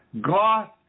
God